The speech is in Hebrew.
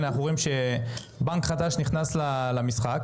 אנחנו רואים שבנק חדש נכנס למשחק,